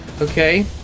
okay